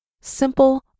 simple